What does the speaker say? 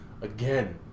again